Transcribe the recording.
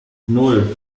nan